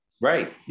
Right